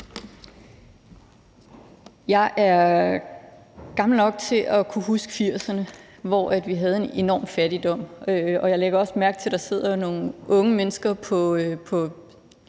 Jeg er gammel nok til at kunne huske 1980'erne, hvor vi havde en enorm fattigdom, og jeg lægger også mærke til, at der sidder nogle unge mennesker